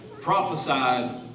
prophesied